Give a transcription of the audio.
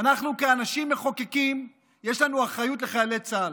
אנחנו כאנשים מחוקקים, יש לנו אחריות לחיילי צה"ל.